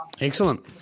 Excellent